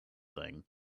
thing